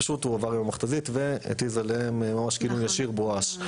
והוא פשוט עבר עם המכת"זית והתיז עליהם ממש בכינון ישיר בואש.